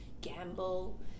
gamble